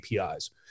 APIs